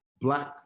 Black